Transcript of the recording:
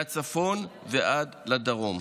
מהצפון ועד לדרום,